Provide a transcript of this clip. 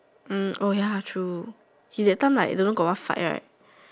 mm oh ya true see that time like don't know got what fight right